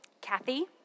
Kathy